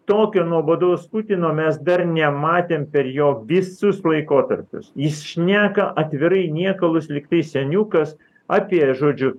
tokio nuobodaus putino mes dar nematėm per jo visus laikotarpius jis šneka atvirai niekalus lygtai seniukas apie žodžiu